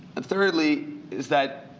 and thirdly is that